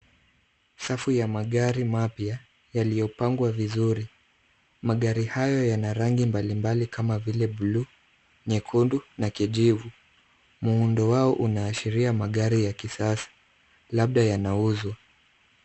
Safu ya magari mapya yaliyopangwa vizuri. Magari hayo yana rangi mbalimbali kama vile blue , nyekundu na kijivu. Muundo wao unaashiria magari ya kisasa, labda yanauzwa.